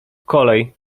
kolej